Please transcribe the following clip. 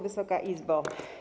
Wysoka Izbo!